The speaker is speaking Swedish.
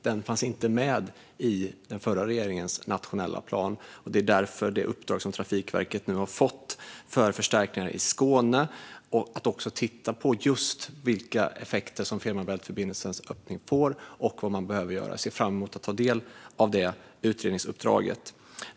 Detta fanns inte med i den förra regeringens nationella plan. Det är därför som det uppdrag som Trafikverket nu har fått gällande förstärkningar i Skåne också innebär att man ska titta på just vilka effekter som öppnandet av Fehmarn Bält-förbindelsen får och vad man behöver göra. Jag ser fram emot att ta del av detta utredningsuppdrag.